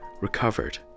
recovered